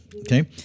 okay